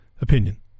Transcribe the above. Opinion